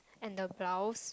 and the blouse